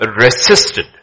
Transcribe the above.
resisted